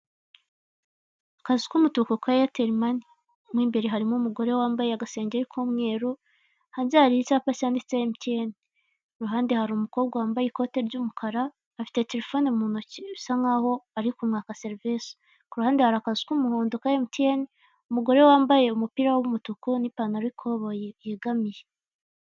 Ni byiza gukoresha ikirango kiranga ibyo ukora kiriya ubona kiri mu mabara y'umutuku, umweru hariho inzoga iri kubirira mu kirahuri n'indi iri mu icupa. Munsi yaho bisa n'aho hari iduka rcuruza imyenda harimo imipira, inkweto amapantaro ndetse n'ibindi, nawe rero wabyikorera ku giti cyawe.